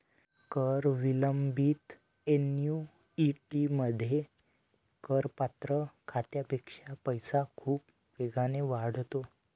कर विलंबित ऍन्युइटीमध्ये, करपात्र खात्यापेक्षा पैसा खूप वेगाने वाढतो